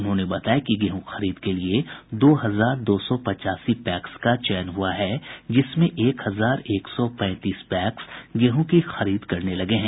उन्होंने बताया कि गेहूँ खरीद के लिए दो हजार दो सौ पचासी पैक्स का चयन हुआ है जिसमें एक हजार एक सौ पैंतीस पैक्स गेहू की खरीद करने लगे हैं